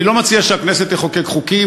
אני לא מציע שהכנסת תחוקק חוקים,